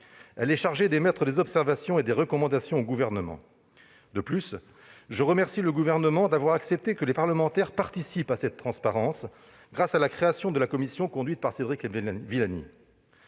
» et d'émettre des observations et des recommandations au Gouvernement. De plus, je remercie le Gouvernement d'avoir accepté que les parlementaires participent à cet effort de transparence, grâce à la création de la commission conduite par Cédric Villani.